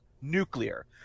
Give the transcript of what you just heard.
nuclear